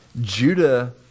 Judah